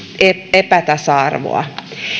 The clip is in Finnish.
epätasa arvoa